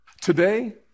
Today